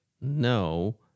no